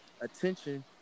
attention